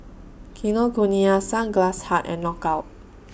Kinokuniya Sunglass Hut and Knockout